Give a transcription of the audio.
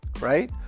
right